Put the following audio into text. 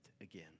again